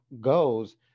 goes